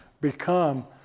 Become